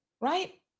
right